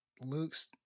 luke's